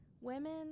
women